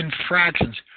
infractions